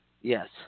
Yes